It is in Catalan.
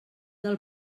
del